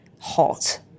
hot